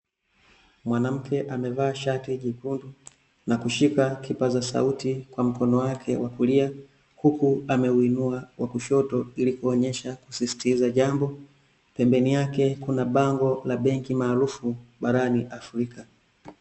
Mwanamke amevaa shati jekundu, na kushika kipaza sauti kwa mkono wake wa kulia, huku ameuinua wa kushoto ili kuonyesha kusisitiza jambo. Pembeni yake kuna bango la benki maarufu, barani Afrika.